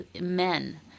men